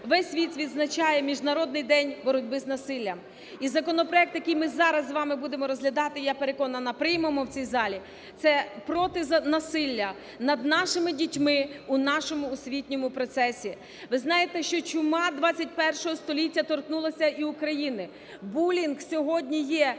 весь світ відзначає Міжнародний день боротьби з насиллям. І законопроект, який ми зараз з вами будемо розглядати, і, я переконана, приймемо в цій залі, це проти насилля над нашими дітьми у нашому освітньому процесі. Ви знаєте, що чума ХХІ століття торкнулася і України, булінг сьогодні є